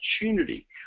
opportunity